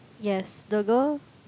yes the girl